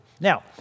Now